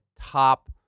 top